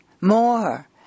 More